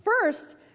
first